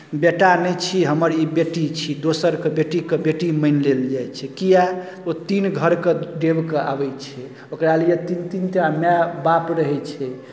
बेटा नहि छी हमर ई बेटी छी दोसरके बेटीकेँ बेटी मानि लेल जाइ छै किआ ओ तीन घरकेँ डेबि कऽ आबै छै ओकरा लिए तीन तीन टा माय बाप रहै छै